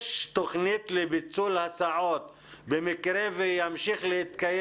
יש תוכנית לביטול הסעות במקרה ותמשיך להתקיים